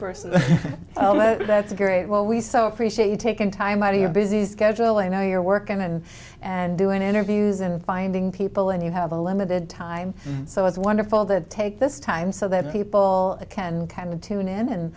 person oh that's great well we so appreciate you taking time out of your busy schedule i know you're working in and doing interviews and finding people and you have a limited time so it's wonderful the take this time so that people can time to tune in and